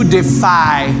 defy